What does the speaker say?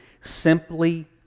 simply